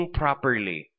properly